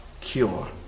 cure